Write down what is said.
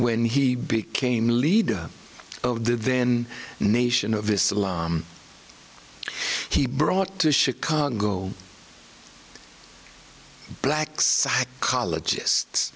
when he became leader of the then nation of islam he brought to chicago black psychologist